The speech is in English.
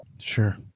Sure